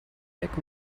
back